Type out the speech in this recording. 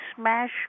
smash